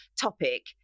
topic